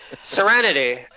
Serenity